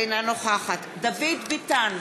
אינה נוכחת דוד ביטן,